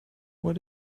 what